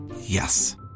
Yes